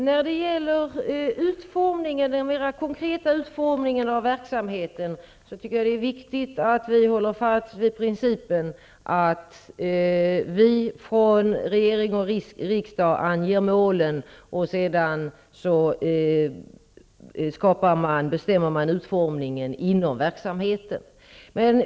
Herr talman! När det gäller den mera konkreta utformningen av verksamheten är det viktigt att man håller fast vid principen att vi från regering och riksdag anger målen medan utformningen beslutas inom verksamheten.